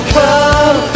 come